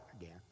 again